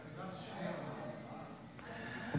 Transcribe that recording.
אדוני השר מקשיב?